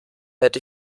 hätte